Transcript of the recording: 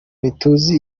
ntituzi